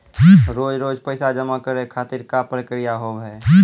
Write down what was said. रोज रोज पैसा जमा करे खातिर का प्रक्रिया होव हेय?